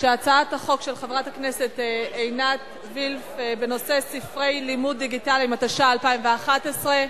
שהצעת חוק ספרי לימוד דיגיטליים, התשע"א 2011,